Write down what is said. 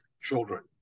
children